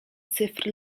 cyfr